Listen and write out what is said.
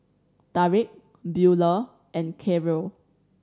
Tarik Beulah and Karyl